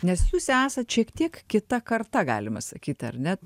nes jūs esat tiek kita karta galima sakyt ar ne